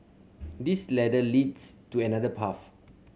this ladder leads to another path